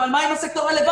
אבל מה עם הסקטור הרלוונטי?